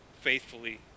faithfully